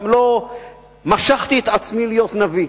גם לא משחתי את עצמי להיות נביא,